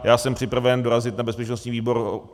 Já jsem připraven dorazit na bezpečnostní výbor.